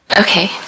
okay